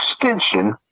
extension